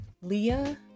Leah